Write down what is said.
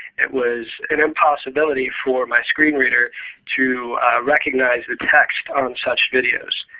it was an impossibility for my screen reader to recognize the text on on such videos.